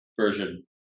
version